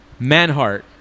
Manhart